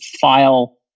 file